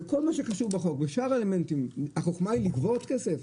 וכל מה שקשור לחוק ושאר האלמנטים החוכמה היא לגבות כסף?